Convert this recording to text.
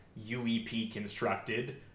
UEP-constructed